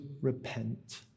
repent